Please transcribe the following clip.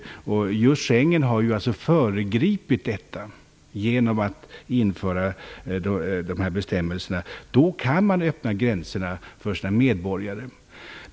Just Schengen har ju föregripit detta genom införandet av dessa bestämmelser. Då kan man öppna gränserna för sina medborgare.